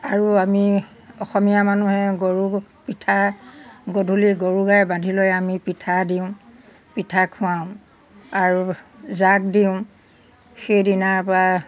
আৰু আমি অসমীয়া মানুহে গৰু পিঠা গধূলি গৰু গাই বান্ধি লৈ আমি পিঠা দিওঁ পিঠা খুৱাওঁ আৰু জাগ দিওঁ সেইদিনাৰ পৰা